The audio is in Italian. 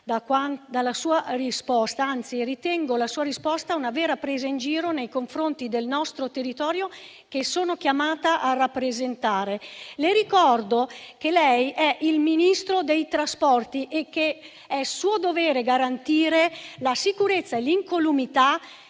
dalla sua risposta, che anzi, ritengo una vera presa in giro nei confronti del territorio che sono chiamata a rappresentare. Le ricordo che lei è il Ministro dei trasporti e che è suo dovere garantire la sicurezza e l'incolumità